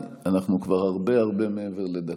אנחנו כבר הרבה הרבה מעבר לדקה,